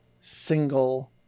single